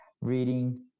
reading